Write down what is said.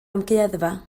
amgueddfa